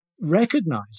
recognize